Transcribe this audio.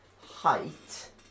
height